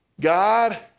God